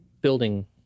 building